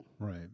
Right